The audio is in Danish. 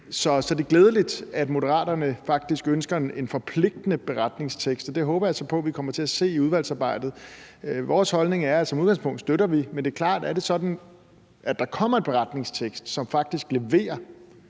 Så det er glædeligt, at Moderaterne faktisk ønsker en forpligtende beretningstekst, og det håber jeg så på at vi kommer til at se i udvalgsarbejdet. Vores holdning er, at som udgangspunkt støtter vi det. Men det er klart, at er det sådan, at der kommer en beretningstekst, som faktisk leverer,